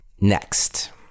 Next